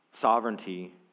sovereignty